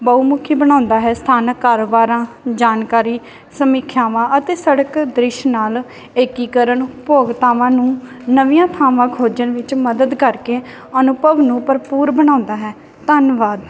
ਬਹੁਮੁਖੀ ਬਣਾਉਂਦਾ ਹੈ ਸਥਾਨਕ ਕਾਰੋਬਾਰਾਂ ਜਾਣਕਾਰੀ ਸਮੀਖਿਆਵਾਂ ਅਤੇ ਸੜਕ ਦ੍ਰਿਸ਼ ਨਾਲ ਏਕੀਕਰਨ ਉਪਭੋਗਤਾਵਾਂ ਨੂੰ ਨਵੀਆਂ ਥਾਵਾਂ ਖੋਜਣ ਵਿੱਚ ਮਦਦ ਕਰਕੇ ਅਨੁਭਵ ਨੂੰ ਭਰਪੂਰ ਬਣਾਉਂਦਾ ਹੈ ਧੰਨਵਾਦ